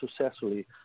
successfully